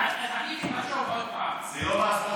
מיקי, לראות את זה באופן כללי, לא אישי.